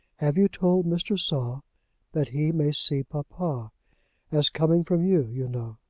have you told mr. saul that he may see papa as coming from you, you know?